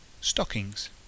stockings